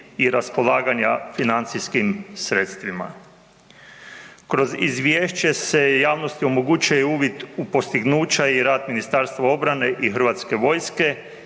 i raspolaganja financijskim sredstvima. Kroz izvješće se javnosti omogućuje i uvid u postignuća i rad Ministarstva obrane i HV-a čime